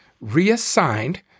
reassigned